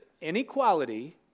inequality